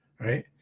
right